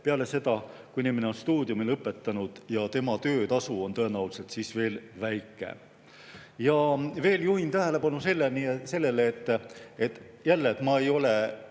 peale seda, kui inimene on stuudiumi lõpetanud ja kui tema töötasu on tõenäoliselt veel väike. Veel juhin tähelepanu sellele, et … Jälle, ma ei ole